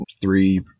three